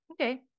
Okay